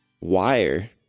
wire